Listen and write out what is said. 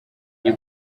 iyi